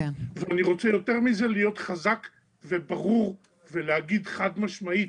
ואני רוצה יותר מזה להיות חזק וברור ולהגיד חד משמעית